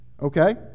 Okay